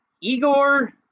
Igor